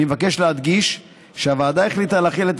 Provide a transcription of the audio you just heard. אני מבקש להדגיש שהוועדה החליטה להחיל את